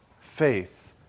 faith